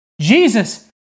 Jesus